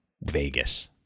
Vegas